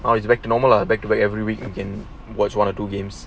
well it's back to normal lah back to back every week again you watch one or two games